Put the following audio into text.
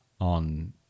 on